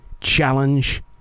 challenge